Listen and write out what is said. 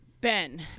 Ben